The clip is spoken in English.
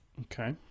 Okay